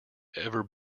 ever